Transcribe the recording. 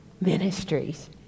ministries